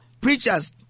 preachers